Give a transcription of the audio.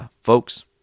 folks